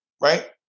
right